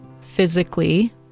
physically